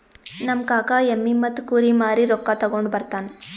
ನಮ್ ಕಾಕಾ ಎಮ್ಮಿ ಮತ್ತ ಕುರಿ ಮಾರಿ ರೊಕ್ಕಾ ತಗೊಂಡ್ ಬರ್ತಾನ್